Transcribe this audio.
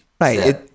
Right